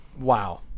Wow